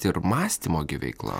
tai ir mąstymo gi veikla